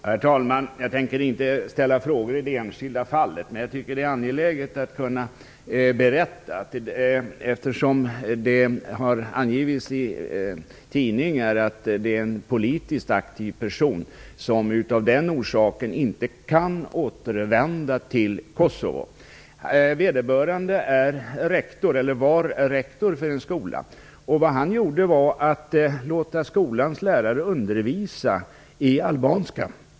Herr talman! Jag tänker inte ställa frågor i det enskilda fallet. Men jag tycker att det är angeläget att kunna berätta, eftersom det har angivits i tidningar, att det handlar om en politiskt aktiv person som av den orsaken inte kan återvända till Kosovo. Vederbörande var rektor för en skola. Det han gjorde var att låta skolans lärare undervisa i albanska.